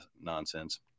nonsense